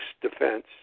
defense